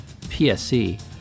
PSC